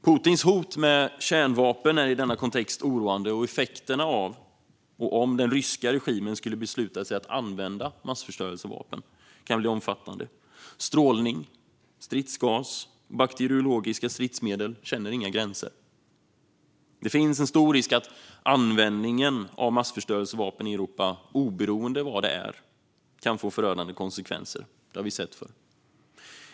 Putins kärnvapenhot är i denna kontext oroande, och effekterna om den ryska regimen beslutar sig för att använda sig av massförstörelsevapen kan bli omfattande. Strålning, stridsgas och bakteriologiska stridsmedel känner inga gränser. Det finns en stor risk att användning av massförstörelsevapen i Europa, oberoende av var, kan få förödande konsekvenser. Det har vi sett förr.